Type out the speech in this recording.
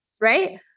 right